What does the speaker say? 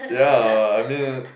ya I mean